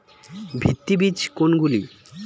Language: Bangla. ভিত্তি বীজ কোনগুলি?